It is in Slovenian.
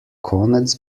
konec